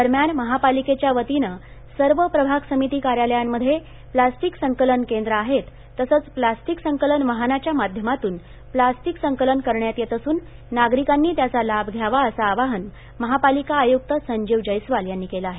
दरम्यान महापालिकेच्या वतीने सर्व प्रभाग समिती कार्यालयांमध्ये प्लास्टिक संकलन केंद्रं आहेत तसंच प्लास्टिक संकलन वाहनाच्या माध्यमातून प्लास्टिक संकलन करण्यात येत असून नागरिकांनी त्याचा लाभ घ्यावा असं आवाहन महापालिका आयुक्त संजीव जयस्वाल यांनी केलं आहे